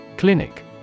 Clinic